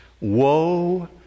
woe